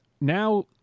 Now